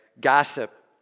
gossip